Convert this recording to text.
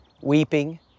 Weeping